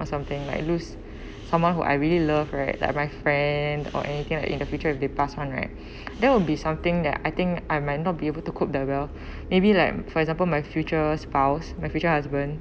or something like lose someone who I really love right like my friend or anything in the future if they pass on right there will be something that I think I might not be able to cope that well maybe like for example my future spouse my future husband